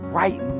right